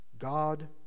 God